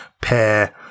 pair